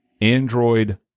android